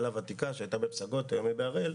שהייתה בפסגות והיום היא בהראל,